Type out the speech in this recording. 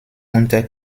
unter